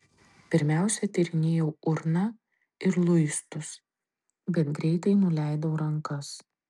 pirmiausia tyrinėjau urną ir luistus bet greitai nuleidau rankas